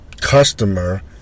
customer